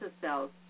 cells